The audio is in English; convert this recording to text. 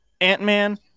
Ant-Man